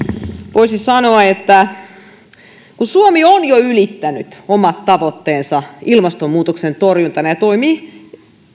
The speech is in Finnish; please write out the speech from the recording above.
voisi sanoa että suomi on jo ylittänyt omat tavoitteensa ilmastonmuutoksen torjunnassa ja toimii